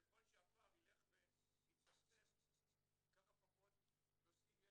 ככל שהפער יילך ויצטמצם ככה פחות נושאים יהיה